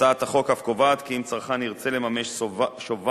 הצעת החוק אף קובעת, כי אם צרכן ירצה לממש שובר